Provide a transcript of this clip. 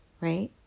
right